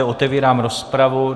Otevírám rozpravu.